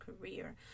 career